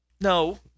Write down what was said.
No